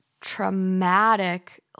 traumatic